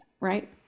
Right